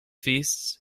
feasts